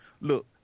look